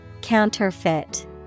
Counterfeit